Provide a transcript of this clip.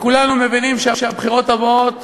וכולנו מבינים שהבחירות הבאות